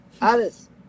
Alice